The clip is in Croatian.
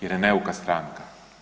Jer je neuka stranka.